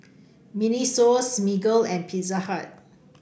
Miniso Smiggle and Pizza Hut